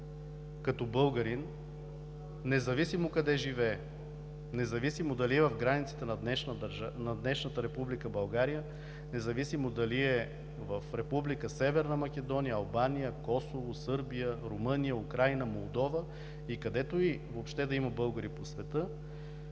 като българин, независимо къде живее, независимо дали е в границите на днешната Република България, независимо дали е в Република Северна Македония, Албания, Косово, Сърбия, Румъния, Украйна, Молдова, където и въобще да има българи по света,